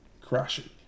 crashing